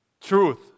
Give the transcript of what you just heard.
Truth